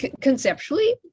conceptually